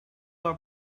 our